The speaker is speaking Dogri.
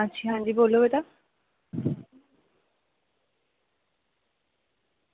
ते अच्छा बोल्लो तां